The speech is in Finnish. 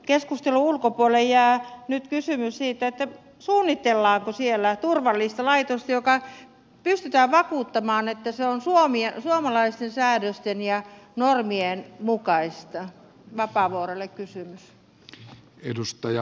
keskustelun ulkopuolelle jää nyt kysymys siitä suunnitellaanko siellä turvallista laitosta josta pystytään vakuuttamaan että se on suomalaisten säädösten ja normien mukainen vapaavuorelle kysymys